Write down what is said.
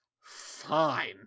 fine